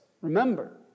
remember